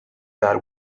that